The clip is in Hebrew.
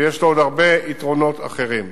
ויש לו עוד הרבה יתרונות אחרים.